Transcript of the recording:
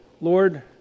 Lord